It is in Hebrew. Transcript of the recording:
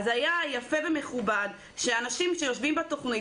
היה יפה ומכובד אם אנשים שיושבים בתכנית,